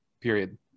period